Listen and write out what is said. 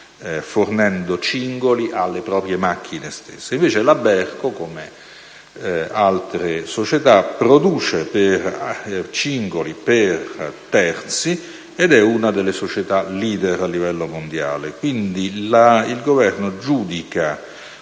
fornendo cingoli alle proprie macchine. Invece la Berco, come altre società, produce cingoli per terzi ed è una delle società *leader* a livello mondiale. Quindi, il Governo giudica